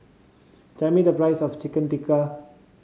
tell me the price of Chicken Tikka